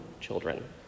children